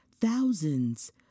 thousands